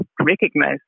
recognize